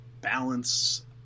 balance